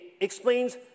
explains